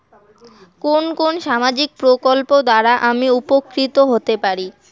কোন কোন সামাজিক প্রকল্প দ্বারা আমি উপকৃত হতে পারি?